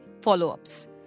follow-ups